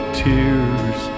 tears